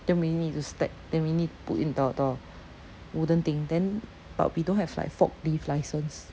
then we need to stack then we need to put in the the wooden thing then but we don't have like forklift license